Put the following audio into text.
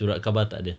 surat khabar tak ada